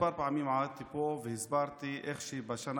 כמה פעמים עמדתי פה והסברתי איך בשנה